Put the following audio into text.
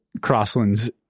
crosslands